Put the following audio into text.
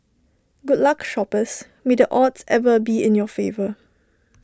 good luck shoppers may the odds ever be in your favour